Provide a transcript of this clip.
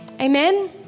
Amen